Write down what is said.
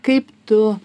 kaip tu